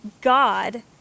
God